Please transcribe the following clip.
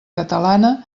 catalana